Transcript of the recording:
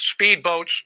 speedboats